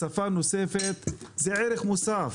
שפה נוספת היא ערך מוסף,